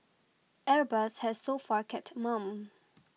airbus has so far kept mum